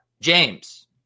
James